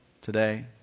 today